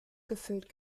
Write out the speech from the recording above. gefüllt